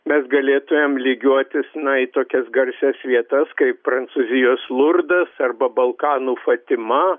mes galėtumėm lygiuotis į tokias garsias vietas kaip prancūzijos lurdas arba balkanų fatima